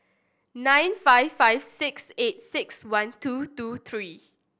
nine five five six eight six one two two three